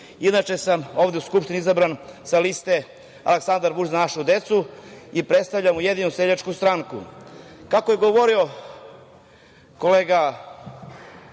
Inače sam ovde u Skupštini izabran sa liste „Aleksandar Vučić – Za našu decu“ i predstavljam Ujedinjenu seljačku stranku. Kako je govorio kolega